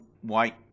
white